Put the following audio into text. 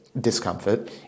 discomfort